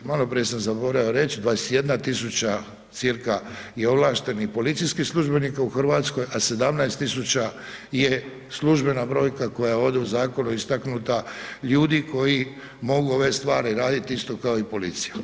Maloprije sam zaboravio reći, 21 tisuća cca je ovlaštenih policijskih službenika u Hrvatskoj, a 17 tisuća je službena brojka koja je ovdje u zakonu istaknuta ljudi koji mogu ove stvari raditi isto kao i policija.